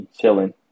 chilling